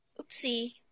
oopsie